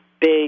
big